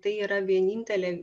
tai yra vienintelė